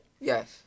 Yes